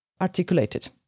articulated